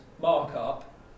markup